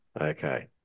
Okay